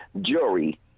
jury